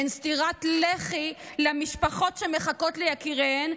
הן סטירת לחי למשפחות שמחכות ליקיריהן,